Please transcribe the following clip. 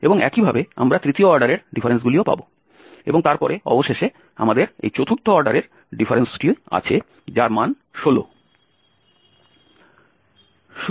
এবং একইভাবে আমরা তৃতীয় অর্ডারের ডিফারেন্সগুলি পাব এবং তারপরে অবশেষে আমাদের এই চতুর্থ অর্ডারের ডিফারেন্সটি আছে যার মান 16